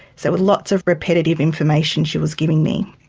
so lots of repetitive information she was giving me.